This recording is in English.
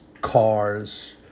cars